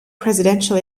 presidential